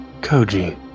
Koji